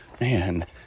man